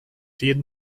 jeden